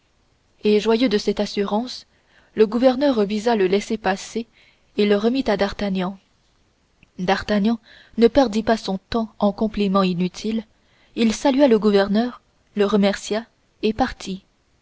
et joyeux de cette assurance le gouverneur visa le laissez-passer et le remit à d'artagnan d'artagnan ne perdit pas son temps en compliments inutiles il salua le gouverneur le remercia et partit